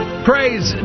Praise